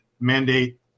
mandate